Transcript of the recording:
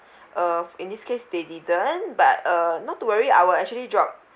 uh in this case they didn't but uh not to worry I will actually drop